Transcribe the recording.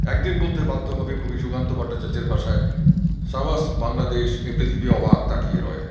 একদিন বলতে বাধ্য হবে কবি সুকান্ত ভট্টাচার্য্যের ভাষায় সাবাশ বাংলাদেশ এ পৃথিবী অবাক তাকিয়ে রয়